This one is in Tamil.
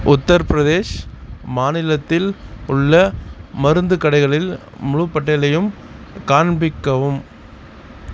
உத்திரப்பிரதேஷ் மாநிலத்தில் உள்ள மருந்து கடைகளில் முழுப் பட்டியலையும் காண்பிக்கவும்